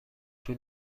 طول